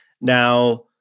Now